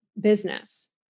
business